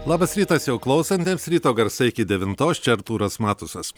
labas rytas jau klausantiems ryto garsai iki devintos čia artūras matusas